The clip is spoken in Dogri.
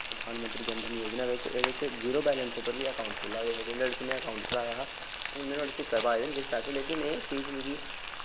प्रधान मंत्री जन धन योजना बिच्च एह्दे बिच्च जीरो बैलैंस उप्पर बी अकाउंट खुल्ला दे हे ते नोआड़े च में अकाउंट खुलाया हा हून में नोआड़े च पाए दे न किश पैसे लेकिन एह् चीज मिकी